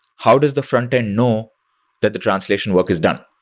how does the frontend know that the translation work is done?